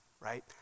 Right